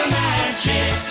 magic